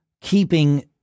keeping